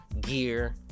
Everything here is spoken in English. Gear